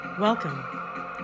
Welcome